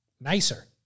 Nicer